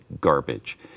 garbage